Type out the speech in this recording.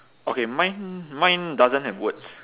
okay mine mine doesn't have words